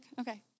Okay